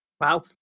Wow